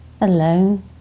alone